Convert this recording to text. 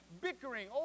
bickering